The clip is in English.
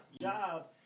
job